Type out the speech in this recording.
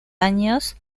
años